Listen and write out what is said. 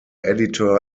editor